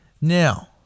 Now